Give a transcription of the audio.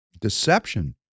Deception